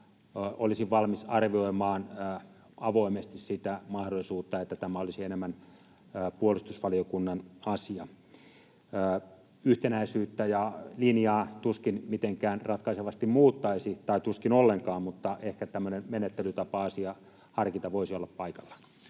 olisin valmis arvioimaan avoimesti sitä mahdollisuutta, että tämä olisi enemmän puolustusvaliokunnan asia. Yhtenäisyyttä ja linjaa se tuskin mitenkään ratkaisevasti muuttaisi tai tuskin ollenkaan, mutta ehkä tämmöinen menettelytapa-asiaharkinta voisi olla paikallaan.